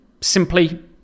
simply